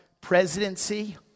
presidency